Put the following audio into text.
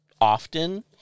often